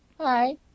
Hi